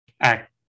act